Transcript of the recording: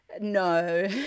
No